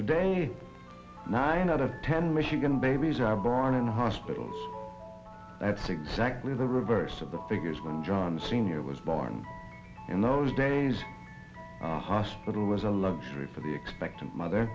today nine out of ten michigan babies are born in a hospital that's exactly the reverse of the figures when john sr was born in those days hospital was a luxury for the expectant mother